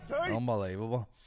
Unbelievable